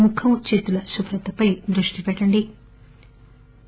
ముఖం చేతుల శుభ్రతపై దృష్టి పెట్టండి